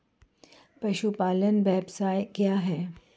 पशुपालन व्यवसाय क्या है?